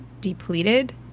Depleted